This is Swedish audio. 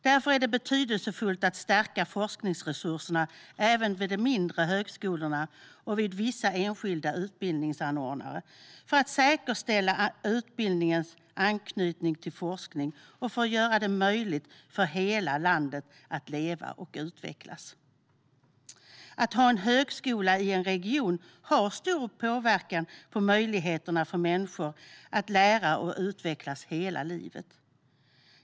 Därför är det betydelsefullt att stärka forskningsresurserna även vid de mindre högskolorna och vid vissa enskilda utbildningsanordnare - detta för att säkerställa utbildningens anknytning till forskning och för att göra det möjligt för hela landet att leva och utvecklas. Att ha en högskola i en region har stor påverkan på möjligheterna för människor att lära och utvecklas under hela livet.